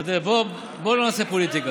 עודד, עודד, בוא לא נעשה פוליטיקה.